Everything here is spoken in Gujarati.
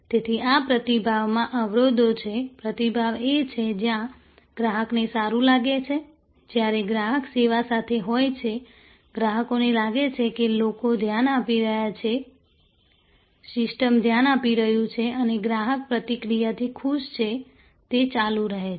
તેથી આ પ્રતિભાવમાં અવરોધો છે પ્રતિભાવ એ છે જ્યાં ગ્રાહકને સારું લાગે છે જ્યારે ગ્રાહક સેવા સાથે હોય છે ગ્રાહકોને લાગે છે કે લોકો ધ્યાન આપી રહ્યા છે સિસ્ટમ ધ્યાન આપી રહી છે અને ગ્રાહક પ્રતિક્રિયા થી ખુશ છે તે ચાલુ રહે છે